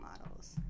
models